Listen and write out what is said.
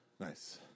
Nice